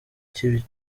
ikibi